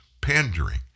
pandering